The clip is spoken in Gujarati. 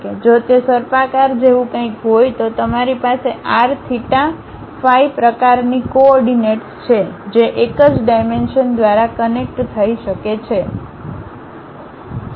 જો તે સર્પાકાર જેવું કંઇક હોય તો તમારી પાસે r થીટા phi પ્રકારની કોઓર્ડિનેટ્સ છે જે એક જ ડાઈમેન્શનદ્વારા કનેક્ટ થઈ શકે છે